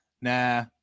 Nah